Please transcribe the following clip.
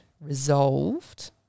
resolved